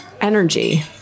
energy